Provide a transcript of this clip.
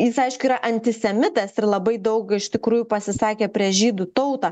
jis aišku yra antisemitas ir labai daug iš tikrųjų pasisakė prieš žydų tautą